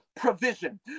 provision